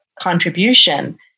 contribution